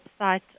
website